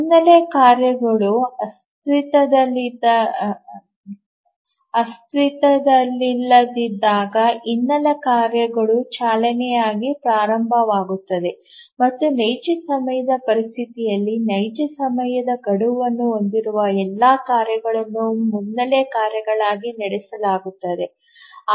ಮುನ್ನೆಲೆ ಕಾರ್ಯಗಳು ಅಸ್ತಿತ್ವದಲ್ಲಿಲ್ಲದಿದ್ದಾಗ ಹಿನ್ನೆಲೆ ಕಾರ್ಯಗಳು ಚಾಲನೆಯಲ್ಲಿ ಪ್ರಾರಂಭವಾಗುತ್ತವೆ ಮತ್ತು ನೈಜ ಸಮಯದ ಪರಿಸ್ಥಿತಿಯಲ್ಲಿ ನೈಜ ಸಮಯದ ಗಡುವನ್ನು ಹೊಂದಿರುವ ಎಲ್ಲಾ ಕಾರ್ಯಗಳನ್ನು ಮುನ್ನೆಲೆ ಕಾರ್ಯಗಳಾಗಿ ನಡೆಸಲಾಗುತ್ತದೆ